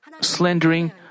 Slandering